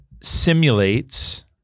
simulates